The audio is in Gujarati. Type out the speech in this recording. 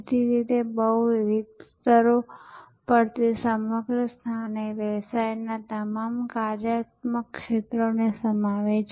તેથી આ ચોક્કસ સત્રને અમે સેવાઓનુ નેટવર્ક તરીકે શીર્ષક આપ્યું છે